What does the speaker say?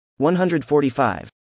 145